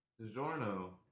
DiGiorno